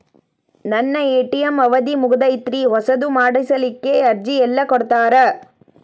ನನ್ನ ಎ.ಟಿ.ಎಂ ಅವಧಿ ಮುಗದೈತ್ರಿ ಹೊಸದು ಮಾಡಸಲಿಕ್ಕೆ ಅರ್ಜಿ ಎಲ್ಲ ಕೊಡತಾರ?